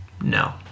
no